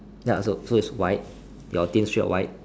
ya so so it's white your team shirt white